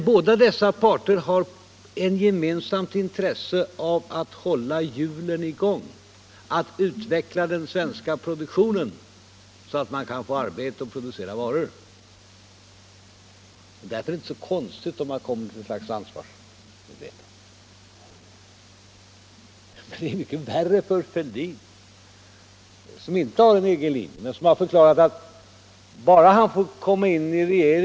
Det är ju det jag har sagt, och det är självklart.